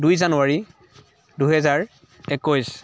দুই জানুৱাৰী দুহেজাৰ একৈছ